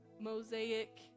mosaic